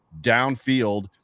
downfield